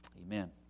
Amen